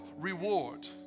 reward